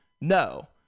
no